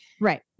Right